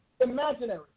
imaginary